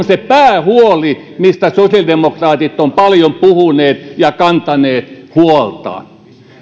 se päähuoli mistä sosiaalidemokraatit ovat paljon puhuneet ja kantaneet huolta